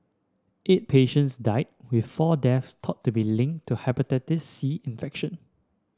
eight patients died with four deaths thought to be linked to the Hepatitis C infection